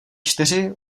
čtyři